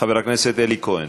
חבר הכנסת אלי כהן.